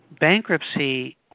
bankruptcy